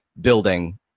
building